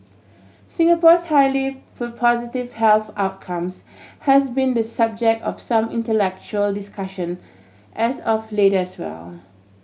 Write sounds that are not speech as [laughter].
Singapore's highly [unintelligible] positive health outcomes has been the subject of some intellectual discussion as of late as well